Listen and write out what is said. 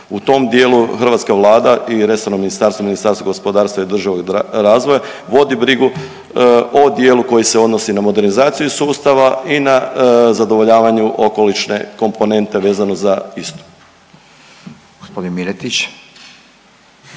U tom dijelu hrvatska Vlada i resorno ministarstvo, Ministarstvo gospodarstva i održivog razvoja vodi brigu o dijelu koji se odnosi na modernizaciju sustava i na zadovoljavanju okolišne komponentne vezano za istu. **Radin, Furio